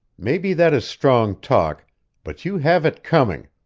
maybe that is strong talk but you have it coming!